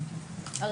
הסדר,